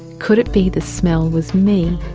could it be the smell was me?